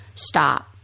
stop